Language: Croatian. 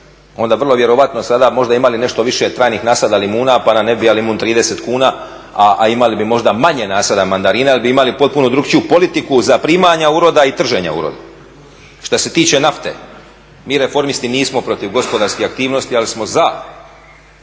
onda vrlo vjerojatno sada možda imali nešto više trajnih nasada limuna pa nam ne bi jedan limun 30 kuna, a imali bi možda manje nasada mandarina jer bi imali potpuno drugačiju politiku za primanja uroda i trženja uroda. Što se tiče nafte, mi reformisti nismo protiv gospodarskih aktivnosti, ali smo za